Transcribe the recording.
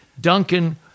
Duncan